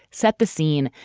set the scene.